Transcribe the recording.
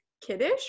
kiddish